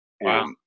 Wow